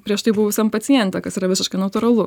prieš tai buvusiam paciente kas yra visiškai natūralu